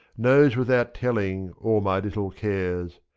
knows, without telling, all my little cares